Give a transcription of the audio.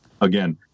again